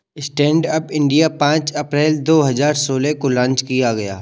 stand up India पांच अप्रैल दो हजार सोलह को लॉन्च किया गया